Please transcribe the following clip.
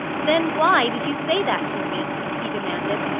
then why did you say that to me? he demanded.